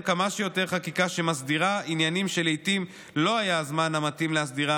כמה שיותר חקיקה שמסדירה עניינים שלעיתים לא היה הזמן המתאים להסדירם,